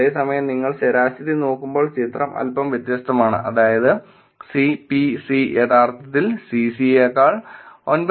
അതേസമയം നിങ്ങൾ ശരാശരി നോക്കുമ്പോൾ ചിത്രം അല്പം വ്യത്യസ്തമാണ് അതായത് C P C യഥാർത്ഥത്തിൽ Cc യേക്കാൾ 9